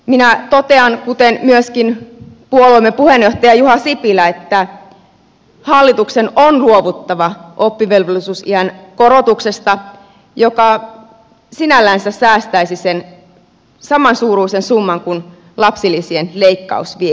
minä totean kuten myöskin puolueemme puheenjohtaja juha sipilä että hallituksen on luovuttava oppivelvollisuusiän korotuksesta mikä sinällänsä säästäisi sen samansuuruisen summan kuin lapsilisien leikkaus vie